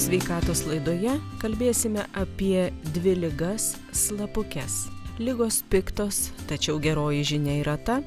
sveikatos laidoje kalbėsime apie dvi ligas slapukes ligos piktos tačiau geroji žinia yra ta